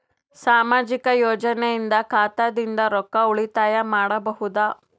ಸಾಮಾಜಿಕ ಯೋಜನೆಯಿಂದ ಖಾತಾದಿಂದ ರೊಕ್ಕ ಉಳಿತಾಯ ಮಾಡಬಹುದ?